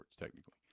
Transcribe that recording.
technically